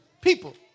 people